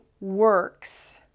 works